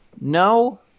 No